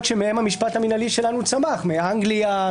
שמהן המשפט המינהלי שלנו צמח: אנגליה,